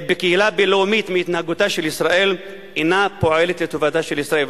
בקהילייה הבין-לאומית מהתנהגותה של ישראל אינה פועלת לטובתה של ישראל,